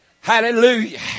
Hallelujah